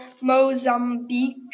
Mozambique